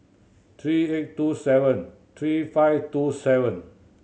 three eight two seven three five two seven